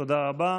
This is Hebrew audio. תודה רבה.